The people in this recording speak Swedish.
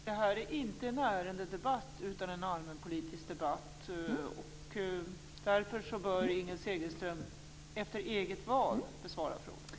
Detta är inte en ärendedebatt utan en allmänpolitisk debatt. Därför bör Inger Segelström besvara frågorna efter eget val.